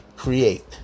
create